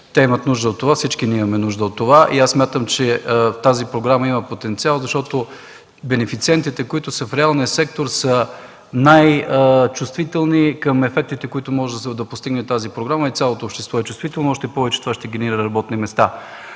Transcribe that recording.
Те имат нужда от това, всички имаме нужда от това. Смятам, че тази програма има потенциал, защото бенефициентите в реалния сектор са най-чувствителни към ефектите, които може да постигне тази програма. Цялото общество е чувствително. Това ще генерира работни места.